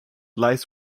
lies